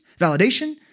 validation